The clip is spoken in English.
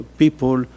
people